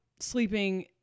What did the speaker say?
sleeping